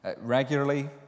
regularly